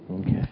Okay